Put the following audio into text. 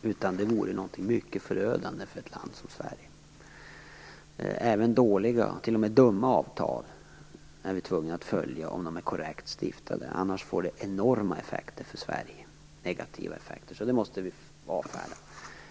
Det vore snarare någonting mycket förödande för ett land som Sverige. Även dåliga, och t.o.m. dumma, avtal är vi tvungna att följa om de är korrekt utformade, annars får det enorma negativa effekter för Sverige. Detta måste vi alltså avfärda.